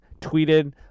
tweeted